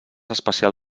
especial